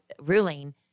ruling